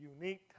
unique